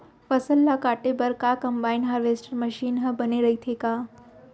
फसल ल काटे बर का कंबाइन हारवेस्टर मशीन ह बने रइथे का?